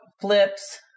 flips